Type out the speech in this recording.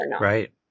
Right